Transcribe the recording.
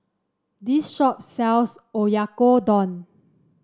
this shop sells Oyakodon